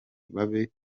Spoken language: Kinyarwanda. babe